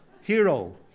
hero